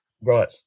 right